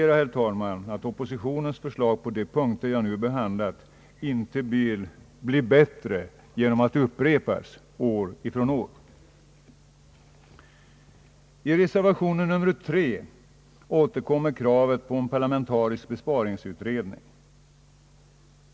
Jag konstaterar att oppositionens förslag på de punkter jag nu behandlat inte blir bättre genom att upprepas år från år. I reservation 3 återkommer kravet på en parlamentarisk = besparingsutredning.